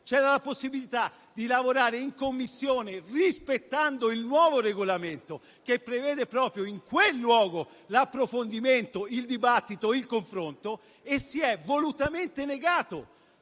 C'era la possibilità di lavorare in Commissione rispettando il nuovo Regolamento, che prevede proprio in quel luogo l'approfondimento, il dibattito e il confronto. Si è volutamente negato